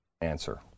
answer